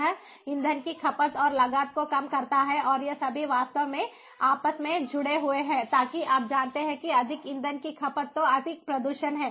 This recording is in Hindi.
यह ईंधन की खपत और लागत को कम करता है और ये सभी वास्तव में आपस में जुड़े हुए हैं ताकि आप जानते हैं कि अधिक ईंधन की खपत तो अधिक प्रदूषण है